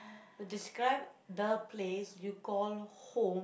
to describe the place you call home